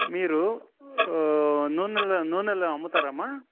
మీరు నూనెల నూనెల అమ్ముతారమ్మా